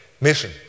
mission